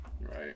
Right